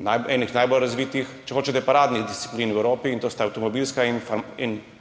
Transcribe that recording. najbolj razvitih, če hočete paradnih disciplin v Evropi, to sta avtomobilska in farmacevtska,